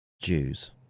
Jews